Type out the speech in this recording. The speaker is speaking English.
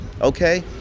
Okay